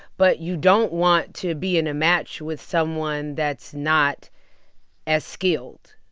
but you don't want to be in a match with someone that's not as skilled,